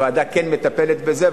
ועדה כן מטפלת בזה.